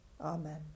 Amen